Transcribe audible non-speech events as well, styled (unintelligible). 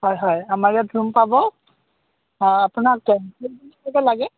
হয় হয় আমাৰ ইয়াত ৰুম পাব আপোনাক (unintelligible) কেইটা লাগে